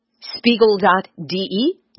Spiegel.de